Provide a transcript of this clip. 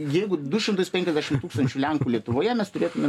jeigu du šimtus penkiasdešim tūkstančių lenkų lietuvoje mes turėtume